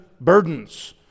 burdens